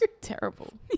terrible